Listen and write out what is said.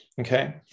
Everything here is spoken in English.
Okay